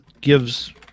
gives